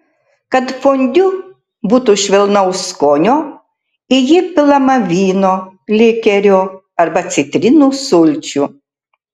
kad fondiu būtų švelnaus skonio į jį pilama vyno likerio arba citrinų sulčių